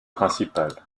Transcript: principale